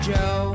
Joe